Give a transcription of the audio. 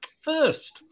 first